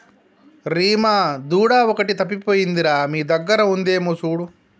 రీమా దూడ ఒకటి తప్పిపోయింది రా మీ దగ్గర ఉందేమో చూడు